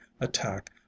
attack